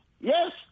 Yes